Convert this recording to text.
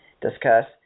discuss